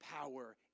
power